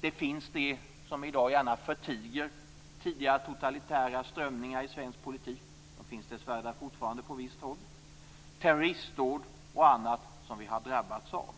Det finns de som i dag gärna förtiger tidigare totalitära strömningar i svensk politik. De finns dessvärre där fortfarande på visst håll. Det gäller terroristdåd och annat som vi har drabbats av.